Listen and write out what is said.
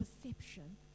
perception